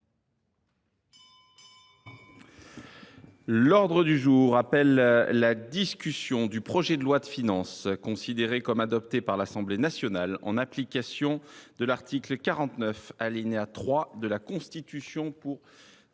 L’ordre du jour appelle la discussion du projet de loi de finances, considéré comme adopté par l’Assemblée nationale en application de l’article 49, alinéa 3, de la Constitution, pour